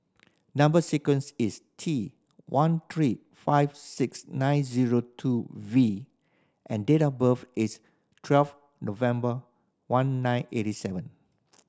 number sequence is T one three five six nine zero two V and date of birth is twelve November one nine eighty seven